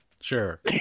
Sure